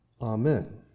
amen